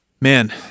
Man